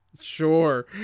Sure